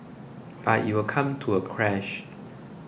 but it will come to a crash